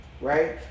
right